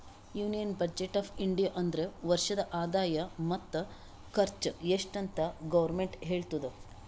union budget of India ಅಂದುರ್ ವರ್ಷದ ಆದಾಯ ಮತ್ತ ಖರ್ಚು ಎಸ್ಟ್ ಅಂತ್ ಗೌರ್ಮೆಂಟ್ ಹೇಳ್ತುದ